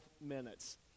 minutes